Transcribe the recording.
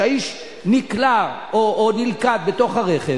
שאיש נלכד בתוך רכב,